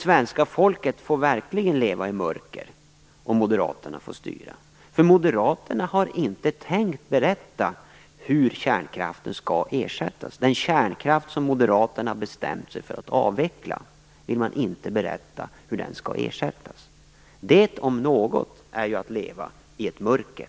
Svenska folket får verkligen leva i mörker om Moderaterna får styra. Moderaterna har inte tänkt berätta hur kärnkraften skall ersättas. Hur den kärnkraft som Moderaterna har bestämt sig för att avveckla skall ersättas vill man inte berätta. Det om något är att leva i ett mörker.